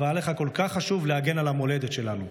אבל היה לך כל כך חשוב להגן על המולדת שלנו.